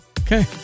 Okay